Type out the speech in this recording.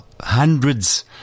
Hundreds